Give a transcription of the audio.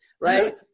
right